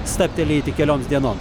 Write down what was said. stabtelėjai tik kelioms dienoms